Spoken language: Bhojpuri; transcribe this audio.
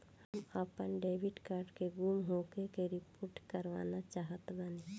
हम आपन डेबिट कार्ड के गुम होखे के रिपोर्ट करवाना चाहत बानी